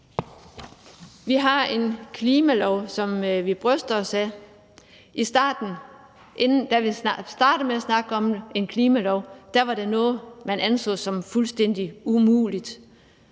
Vi har en klimalov, som vi bryster os af. Da vi startede med at snakke om en klimalov, var det noget, man anså som fuldstændig umuligt.